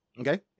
Okay